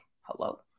Hello